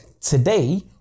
Today